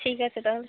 ঠিক আছে তাহলে